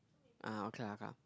uh okay lah okay lah